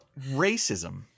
Racism